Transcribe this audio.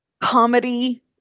comedy